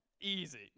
Easy